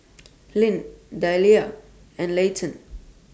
Lyn Delila and Layton